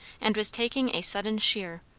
and was taking a sudden sheer.